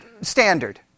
standard